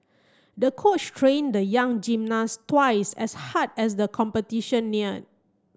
the coach trained the young gymnast twice as hard as the competition neared